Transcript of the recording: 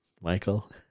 Michael